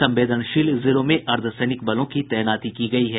संवेदनशील जिलों में अर्द्वसैनिक बलों की तैनाती की गयी है